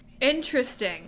Interesting